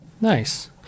Nice